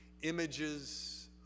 Images